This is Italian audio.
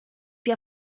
più